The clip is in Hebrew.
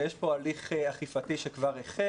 ויש פה הליך אכיפתי שכבר החל.